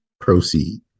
proceed